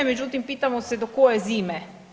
Međutim, pitamo se do koje zime?